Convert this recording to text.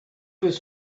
was